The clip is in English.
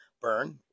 burn